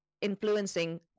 influencing